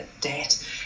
debt